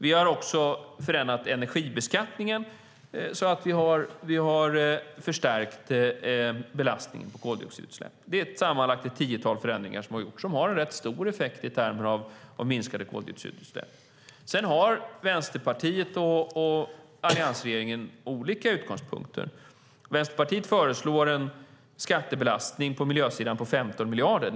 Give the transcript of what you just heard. Vi har även förändrat energibeskattningen så att vi har förstärkt belastningen på koldioxidutsläpp. Det handlar alltså sammanlagt om ett tiotal förändringar som vi har gjort och som har en rätt stor effekt i termer av minskade koldioxidutsläpp. Sedan har ju Vänsterpartiet och alliansregeringen olika utgångspunkter. Vänsterpartiet föreslår en skattebelastning på miljösidan på 15 miljarder.